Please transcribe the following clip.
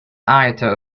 iota